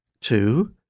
two